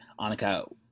Annika